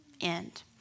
end